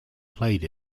played